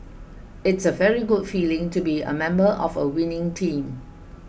it's a very good feeling to be a member of a winning team